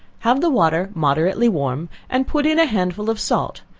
have the water moderately warm, and put in a handful of salt,